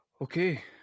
Okay